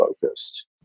focused